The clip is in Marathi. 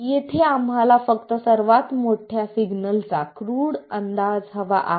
येथे आम्हाला फक्त सर्वात मोठ्या सिग्नलचा क्रूड अंदाज हवा आहे